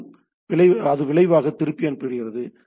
மேலும் அது விளைவாகத் திருப்பி அனுப்புகிறது